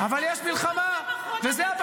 תגיד לי, הלכת לסופר לאחרונה וראית מחירים?